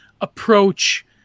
approach